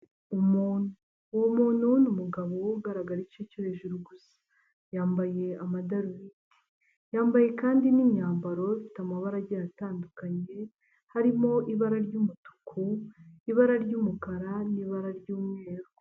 Umuntu, uwo muntu ni umugabo ugaragara igice cyo hejuru gusa yambaye amadarubindi, yambaye kandi n'imyambaro ifite amabara agiye atandukanye, harimo ibara ry'umutuku, ibara ry'umukara n'ibara ry'umweru.